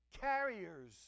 carriers